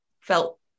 felt